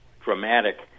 dramatic